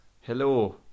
Hello